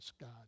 God